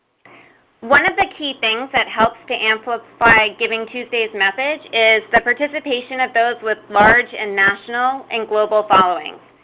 one of the key things that helps to amplify givingtuesday's message is the participation of those with large and national and global followings,